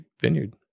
vineyard